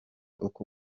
uko